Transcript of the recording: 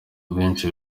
benshi